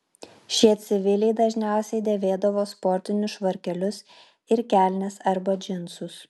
šie civiliai dažniausiai dėvėdavo sportinius švarkelius ir kelnes arba džinsus